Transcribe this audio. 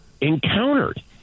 encountered